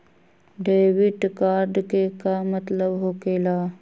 Debit card के का मतलब होकेला?